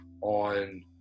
on